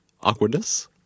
awkwardness